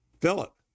Philip